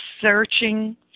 searching